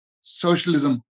socialism